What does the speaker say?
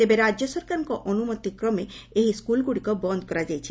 ତେବେ ରାଜ୍ୟ ସରକାରଙ୍କ ଅନୁମତି କ୍ରମେ ଏହି ସ୍କୁଲ୍ଗୁଡ଼ିକ ବନ୍ଦ କରାଯାଇଛି